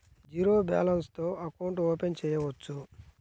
Zero balance తో account open చేయవచ్చు?